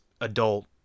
adult